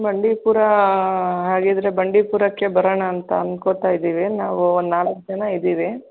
ಬಂಡೀಪುರ ಹಾಗಿದ್ದರೆ ಬಂಡೀಪುರಕ್ಕೆ ಬರೋಣ ಅಂತ ಅಂದ್ಕೊಳ್ತಾ ಇದ್ದೀವಿ ನಾವು ನಾಲ್ಕು ಜನ ಇದ್ದೀವಿ